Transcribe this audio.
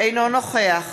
אינו נוכח